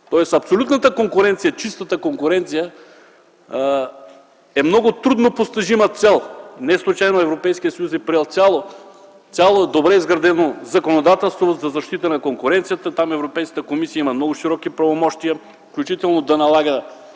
Тоест абсолютната, чистата конкуренция е много трудно постижима цел. Неслучайно Европейският съюз е приел цяло, добре изградено законодателство за защита на конкуренцията. Там Европейската комисия има много широки правомощия, включително да налага